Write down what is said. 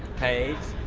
paige,